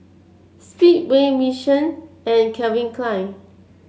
Speedway Mission and Calvin Klein